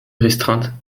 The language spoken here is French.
restreinte